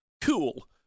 cool